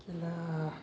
खेला